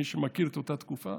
מי שמכיר את אותה תקופה,